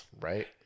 Right